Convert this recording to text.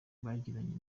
yagiranye